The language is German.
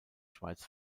schweiz